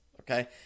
okay